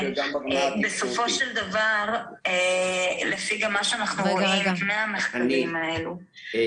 בסופו של דבר לפי גם מה שאנחנו רואים כמו המחקרים האלו -- רגע,